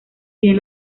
bien